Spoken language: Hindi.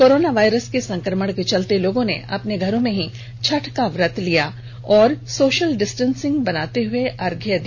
कोरोना वायरस के संक्रमण के चलते लोगों ने अपने घरों में ही छठ का व्रत किया और सोशल डिस्टेंसिंग बनाते हए अर्घ्य दिया